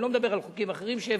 אני לא מדבר על חוקים אחרים שהבאנו.